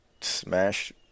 smash